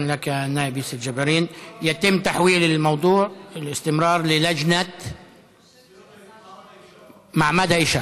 התשע"ח 2018, לוועדה לקידום מעמד האישה